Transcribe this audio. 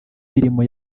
mirimo